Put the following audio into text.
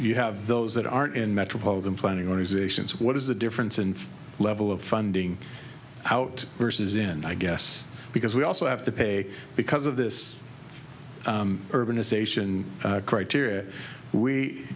you have those that aren't in metropolitan planning or easy actions what is the difference in level of funding out versus in i guess because we also have to pay because of this urbanization criteria we